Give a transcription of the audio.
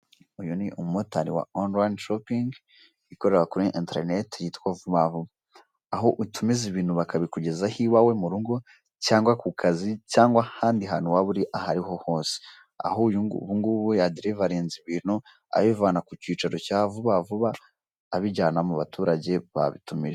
Iyi ni umumotari wa onurayini shopingi ikorera kuri interineti yitwa vuba vuba, aho utumiza ibintu bakabikugezaho iwawe mu rugo, cyangwa ku kazi, cyangwa ahandi hantu waba uri aho ari ho hose. Aho uyu yaderivarinze ibintu, abivana ku cyicaro cya vuba vuba, abijyana mu baturage babitumije.